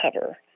cover